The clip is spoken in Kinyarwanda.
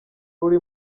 uri